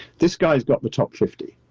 this guy has got the top fifty.